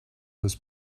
with